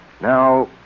Now